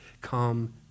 come